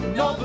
no